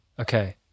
Okay